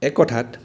এক কথাত